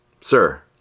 Sir